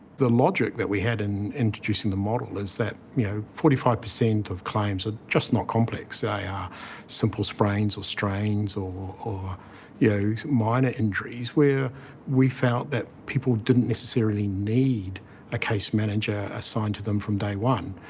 the logic that we had in introducing the model is that you know forty five percent of claims are just not complex. they are ah simple sprains or strains or or you know minor injuries, where we felt that people didn't necessarily need a case manager assigned to them from day one.